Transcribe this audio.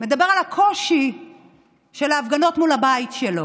מדבר על הקושי שבהפגנות מול הבית שלו.